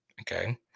Okay